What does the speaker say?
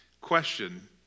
question